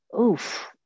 oof